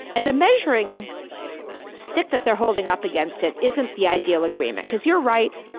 and the measuring stick that they're holding up against it isn't the ideal agreement. cause you're right,